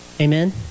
Amen